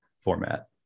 format